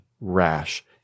rash